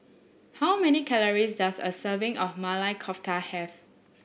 how many calories does a serving of Maili Kofta have